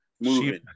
moving